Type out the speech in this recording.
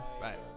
Right